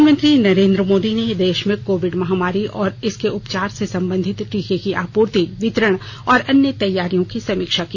प्रधानमंत्री नरेन्द्र मोदी ने देश में कोविड महामारी और इसके उपचार से सम्बंधित टीके की आपूर्ति वितरण और अन्य तैयारियों की समीक्षा की